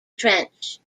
trench